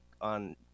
on